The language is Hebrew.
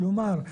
כלומר,